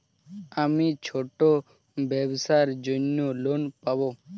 আমি ছোট ব্যবসার জন্য লোন পাব?